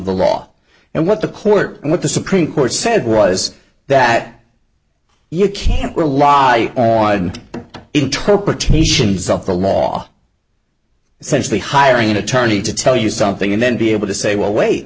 the law and what the court and what the supreme court said was that you can't rely on interpretations of the law essentially hiring an attorney to tell you something and then be able to say well wait